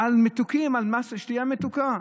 שתייה מתוקה.